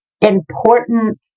important